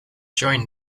join